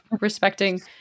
respecting